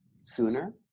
sooner